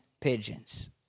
pigeons